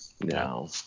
No